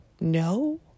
No